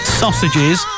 sausages